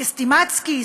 כ"סטימצקי",